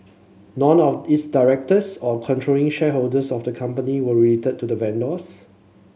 none of its directors or controlling shareholders of the company were related to the vendors